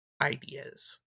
ideas